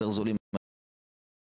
יותר זולים מאשר אגפים שלמים.